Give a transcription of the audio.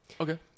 Okay